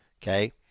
Okay